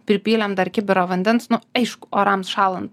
pripylėm dar kibirą vandens nu aišku orams šąlan